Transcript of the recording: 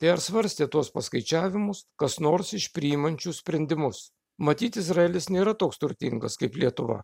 tai ar svarstė tuos paskaičiavimus kas nors iš priimančių sprendimus matyt izraelis nėra toks turtingas kaip lietuva